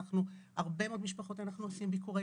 אצל הרבה משפחות אנחנו עושים ביקורי